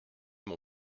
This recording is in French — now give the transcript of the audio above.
mon